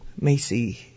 Macy